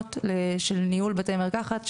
התקנות של ניהול בתי מרקחת,